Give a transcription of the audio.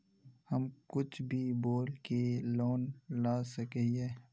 हम कुछ भी बोल के लोन ला सके हिये?